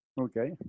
Okay